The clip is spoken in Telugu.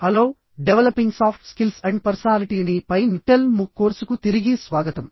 hello developing soft skills and పర్సనాలిటీని పై NPTEL MOOC కోర్సుకు తిరిగి స్వాగతం